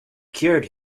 cured